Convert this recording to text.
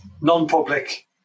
non-public